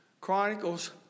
Chronicles